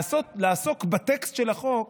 לעסוק בטקסט של החוק,